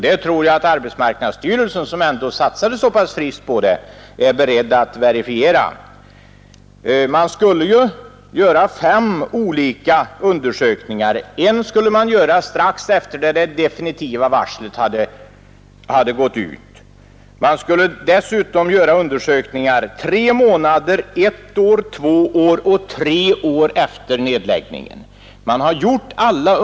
Det är ett mycket stort belopp som är anslaget, och jag finner det Nr 33 helt i sin ordning att arbetsmarknadsstyrelsen — även om det kallas Torsdagen den forskning — behandlar detta ärende så som vi eljest brukar göra: vi vill se 2 mars 1972 resultat av det hela.